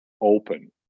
open